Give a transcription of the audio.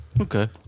Okay